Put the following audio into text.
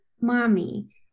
mommy